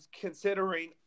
considering